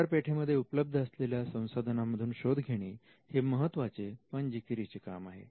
बाजारपेठेमध्ये उपलब्ध असलेल्या संसाधनांमधून शोध घेणे हे महत्त्वाचे पण जिकिरीचे काम आहे